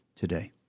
today